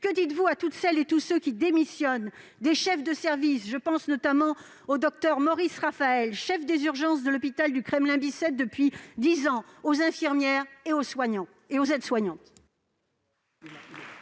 Que dites-vous à toutes celles et à tous ceux qui démissionnent, des chefs de service- je pense notamment au docteur Maurice Raphaël, chef des urgences de l'hôpital Bicêtre depuis dix ans -, jusqu'aux infirmières et aux aides-soignantes